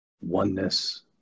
oneness